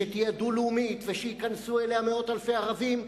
אלא שתהיה דו-לאומית ושייכנסו אליה מאות אלפי ערבים,